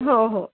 हो हो